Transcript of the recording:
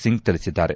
ಸಿಂಗ್ ತಿಳಿಸಿದ್ದಾರೆ